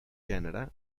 gènere